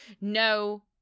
No